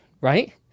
right